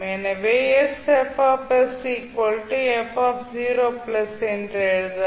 எனவே என்று எழுதலாம்